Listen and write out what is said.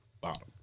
bottom